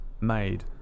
made